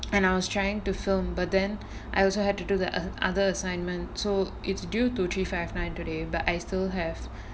when I was trying to film but then I also had to do the oth~ other assignments so its due two three five nine today but I still have